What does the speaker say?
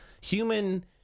human